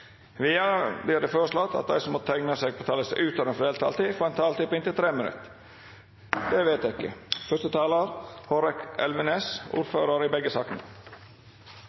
Vidare vert det føreslått at dei som måtte teikna seg på talarlista utover den fordelte taletida, får ei taletid på inntil 3 minutt. – Det er vedteke. Først må jeg få lov til å takke komiteen for et godt samarbeid i